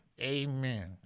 Amen